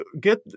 get